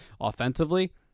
offensively